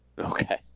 Okay